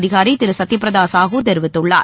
அதிகாரி திருசத்தியபிரதாசாஹு தெரிவித்துள்ளார்